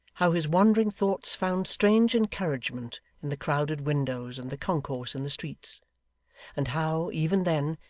how his wandering thoughts found strange encouragement in the crowded windows and the concourse in the streets and how, even then,